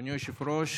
אדוני היושב-ראש,